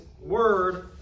word